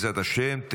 14),